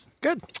Good